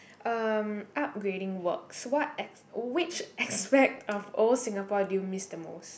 um upgrading works what as~ which aspect of old Singapore do you miss the most